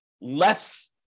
less